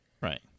right